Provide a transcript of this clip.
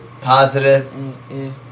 Positive